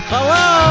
Hello